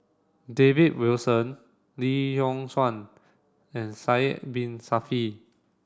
David Wilson Lee Yock Suan and Sidek Bin Saniff